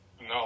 No